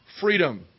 freedom